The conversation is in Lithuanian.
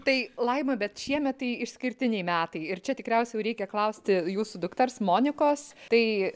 tai laima bet šiemet tai išskirtiniai metai ir čia tikriausia jau reikia klausti jūsų dukters monikos tai